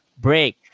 Break